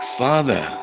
father